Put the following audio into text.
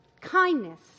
Kindness